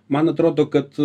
man atrodo kad